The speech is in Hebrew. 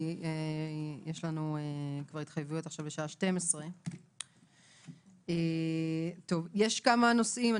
כי יש לנו כבר התחייבות לשעה 12:00. יש לי כמה נושאים.